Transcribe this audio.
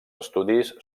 estudis